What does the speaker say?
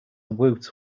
woot